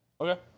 Okay